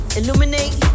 illuminate